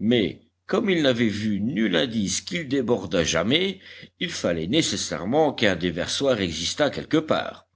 mais comme il n'avait vu nul indice qu'il débordât jamais il fallait nécessairement qu'un déversoir existât quelque part